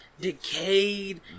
decayed